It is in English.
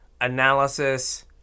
Analysis